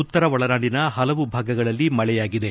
ಉತ್ತರ ಒಳನಾಡಿನ ಹಲವು ಭಾಗಗಳಲ್ಲಿ ಮಳೆಯಾಗಿದೆ